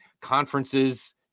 conferences